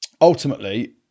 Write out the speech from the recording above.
Ultimately